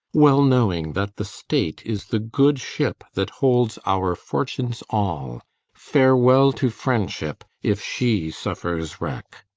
well knowing that the state is the good ship that holds our fortunes all farewell to friendship, if she suffers wreck.